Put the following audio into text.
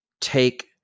take